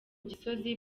gisozi